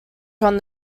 from